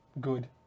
good